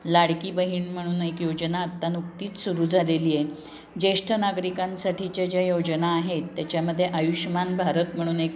लाडकी बहीण म्हणून एक योजना आता नुकतीच सुरू झालेली आहे ज्येष्ठ नागरिकांसाठीच्या ज्या योजना आहेत त्याच्यामध्ये आयुष्मान भारत म्हणून एक